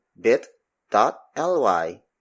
bit.ly